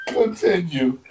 Continue